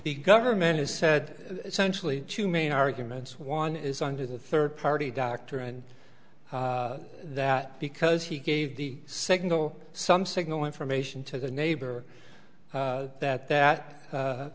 the government has said essentially two main arguments one is under the third party doctor and that because he gave the signal some signal information to the neighbor that that